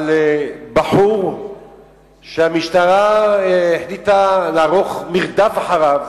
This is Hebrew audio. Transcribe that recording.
על בחור שהמשטרה החליטה לערוך מרדף אחריו.